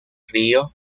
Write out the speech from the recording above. río